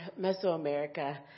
mesoamerica